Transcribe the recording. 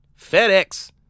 FedEx